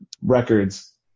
records